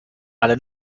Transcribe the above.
alle